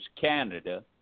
Canada